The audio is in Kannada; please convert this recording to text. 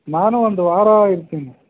ನಾನು ಒಂದು ವಾರ ಇರ್ತೀನಿ